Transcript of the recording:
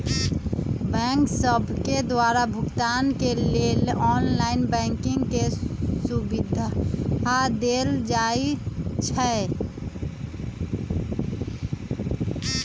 bank सभके द्वारा भुगतान के लेल ऑनलाइन बैंकिंग के सुभिधा देल जाइ छै